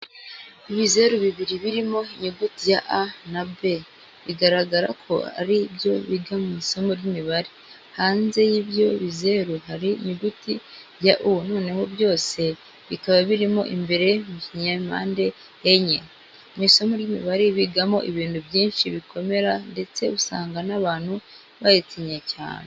Ibizeru bibiri birimo inyuguti ya A na B bigaragara ko ari ibyo biga mu isomo ry'imibare. Hanze y'ibyo bizeru hari inyuguti ya U, noneho byose bikaba birimo imbere mu kinyempande enye. Mu isomo ry'imibare bigamo ibintu byinshi bikomera ndetse usanga n'abantu baritinya cyane.